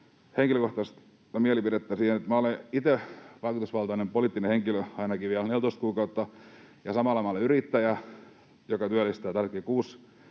henkilökohtaisen mielipiteen: Olen itse vaikutusvaltainen poliittinen henkilö, ainakin vielä 14 kuukautta, ja samalla olen yrittäjä, joka työllistää tällä